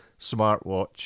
smartwatch